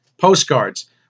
postcards